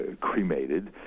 cremated